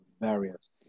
various